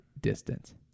distance